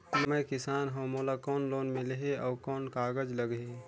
मैं किसान हव मोला कौन लोन मिलही? अउ कौन कागज लगही?